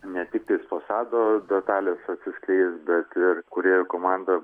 ne tiktais fasado detalės atsiskleis bet ir kūrėjų komanda